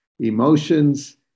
Emotions